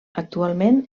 actualment